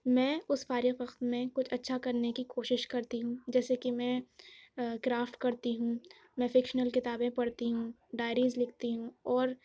میں اس فارغ وقت میں کچھ اچھا کرنے کی کوشش کرتی ہوں جیسے کہ میں کرافٹ کرتی ہوں میں فکشنل کتابیں پڑھتی ہوں ڈائریز لکھتی ہوں اور